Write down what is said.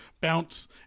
bounce